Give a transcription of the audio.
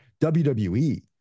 WWE